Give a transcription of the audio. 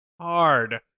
hard